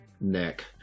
neck